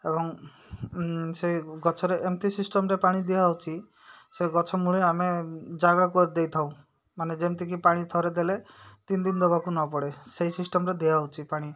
ଏବଂ ସେଇ ଗଛରେ ଏମିତି ସିଷ୍ଟମ୍ରେ ପାଣି ଦିଆହେଉଛି ସେ ଗଛ ମୂଳେ ଆମେ ଜାଗା କରି ଦେଇଥାଉ ମାନେ ଯେମିତିକି ପାଣି ଥରେ ଦେଲେ ତିନି ଦିନ ଦବାକୁ ନ ପଡ଼େ ସେଇ ସିଷ୍ଟମ୍ରେ ଦିଆହେଉଛି ପାଣି